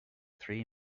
three